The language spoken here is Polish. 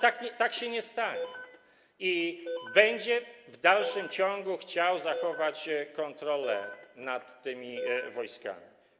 Tak się nie stanie, będzie w dalszym ciągu chciał zachować kontrolę nad tymi wojskami.